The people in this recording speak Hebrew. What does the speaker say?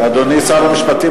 אדוני שר המשפטים,